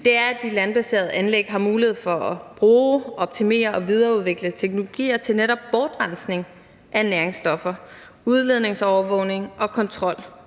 – er, at de landbaserede anlæg har mulighed for at bruge, optimere og videreudvikle teknologier netop til bortrensning af næringsstoffer, udledningsovervågning og kontrol,